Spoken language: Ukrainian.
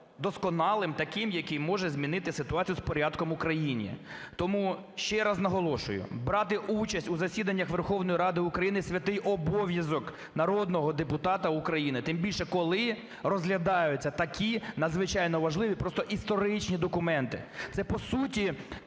досконалим, таким, який може змінити ситуацію з порядком в Україні. Тому ще раз наголошую. Брати участь у засіданнях Верховної Ради України – святий обов'язок народного депутата України. Тим більше коли розглядаються такі надзвичайно важливі, просто історичні документи.